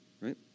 right